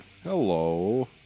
Hello